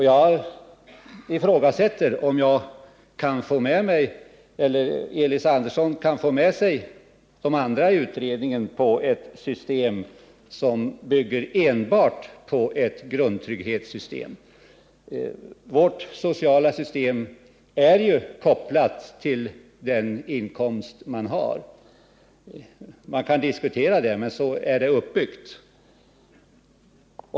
Jag ifrågasätter om Elis Andersson kan få med sig de andra i utredningen på ett system som är enbart ett grundtrygghetssystem. Vårt sociala system är kopplat till den inkomst man har — man kan diskutera det, men så är det uppbyggt.